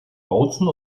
bautzen